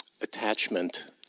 attachment